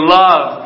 love